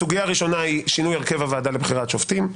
הסוגיה הראשונה היא שינוי הרכב הוועדה לבחירת שופטים.